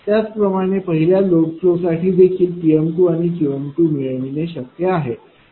त्याच प्रमाणे पहिल्या लोड फ्लो साठी देखील P आणि Q मिळविणे शक्य आहे